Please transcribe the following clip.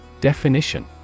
Definition